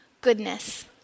goodness